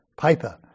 paper